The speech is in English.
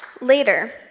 Later